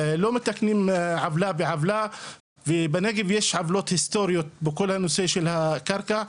לא מתקנים עוולה בעוולה ובנגב יש עוולות היסטוריות בכל הנושא של הקרקע.